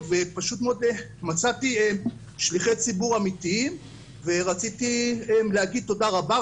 ו]פשוט מאוד מצאתי שליחי ציבור אמיתיים ורציתי להגיד תודה רבה.